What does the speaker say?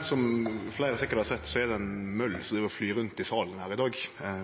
Som fleire sikkert har sett, er det ein møll som driv og flyg rundt i salen her i dag.